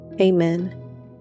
Amen